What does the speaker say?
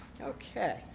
Okay